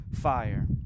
fire